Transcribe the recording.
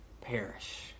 perish